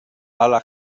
ala